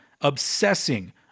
obsessing